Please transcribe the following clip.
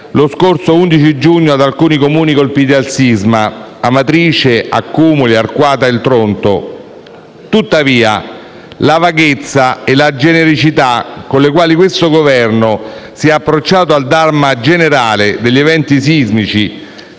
lo scorso 11 giugno, ad alcuni Comuni colpiti dal sisma, quali Amatrice, Accumoli e Arquata del Tronto. Tuttavia, la vaghezza e la genericità con le quali questo Governo si è approcciato al *Dharma* generale degli eventi sismici,